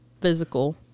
physical